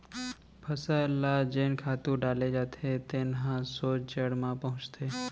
फसल ल जेन खातू डाले जाथे तेन ह सोझ जड़ म पहुंचथे